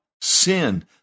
sin